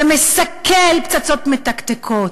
ומסכל פצצות מתקתקות,